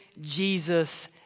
Jesus